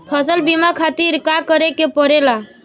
फसल बीमा खातिर का करे के पड़ेला?